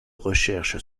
recherche